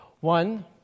one